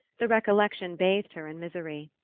the recollection bathed her in misery.